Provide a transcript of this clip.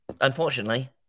unfortunately